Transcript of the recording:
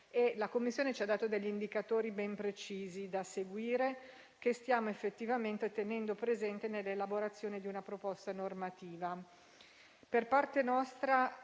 La Commissione europea ci ha dato degli indicatori ben precisi da seguire e che stiamo effettivamente tenendo presenti nell'elaborazione di una proposta normativa. Per parte nostra,